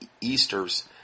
Easter's